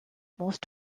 most